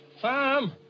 Sam